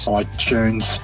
iTunes